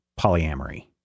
polyamory